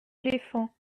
éléphants